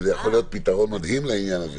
זה יכול להיות פתרון מדהים לעניין הזה,